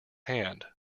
hand